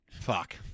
Fuck